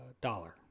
dollar